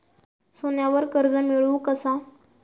सोन्यावर कर्ज मिळवू कसा?